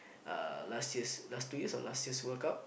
uh last year's last two year's or last year's World Cup